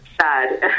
sad